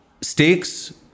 stakes